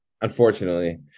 unfortunately